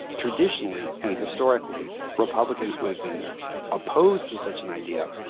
traditionally and historically, republicans would have been opposed to such an idea.